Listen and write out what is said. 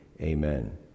amen